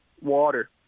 water